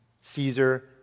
Caesar